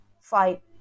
fight